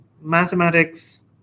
mathematics